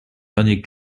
dernier